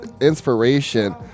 inspiration